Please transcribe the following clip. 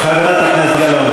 חברת הכנסת גלאון.